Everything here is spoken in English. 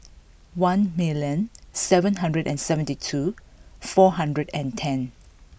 one million seven hundred and seventy two four hundred and ten